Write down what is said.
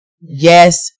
Yes